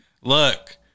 Look